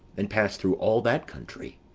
and passed through all that country.